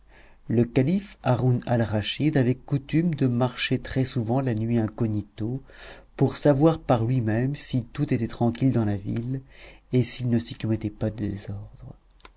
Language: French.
le calife haroun alraschid avait coutume de marcher très-souvent la nuit incognito pour savoir par lui-même si tout était tranquille dans la ville et s'il ne s'y commettait pas de désordres